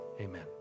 Amen